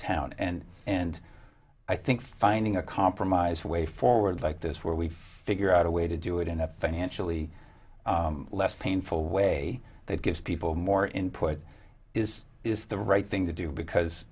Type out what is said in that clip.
town and and i think finding a compromise way forward like this where we figure out a way to do it in a financially less painful way that gives people more input is is the right thing to do because